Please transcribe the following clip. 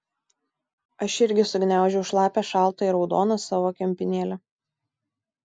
aš irgi sugniaužiau šlapią šaltą ir raudoną savo kempinėlę